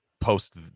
post